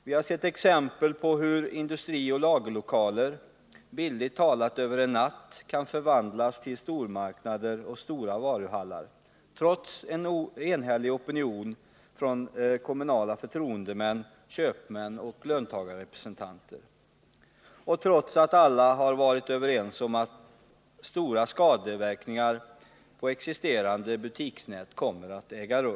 Vi har sett exempel på hur industrioch lagerlokaler bildligt talat över en natt kan förvandlas till stormarknader och stora varuhallar, trots en enhällig opinion från kommunala förtroendemän, Nr 49 köpmän och löntagarrepresentanter och trots att alla har varit överens om att Tisdagen den stora skadeverkningar på existerande butiksnät kommer att bli följden.